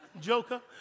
Joker